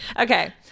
Okay